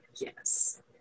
yes